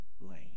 lane